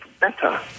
better